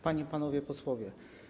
Panie i Panowie Posłowie!